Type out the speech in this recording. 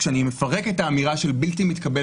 כשאני מפרק את האמירה של בלתי מתקבל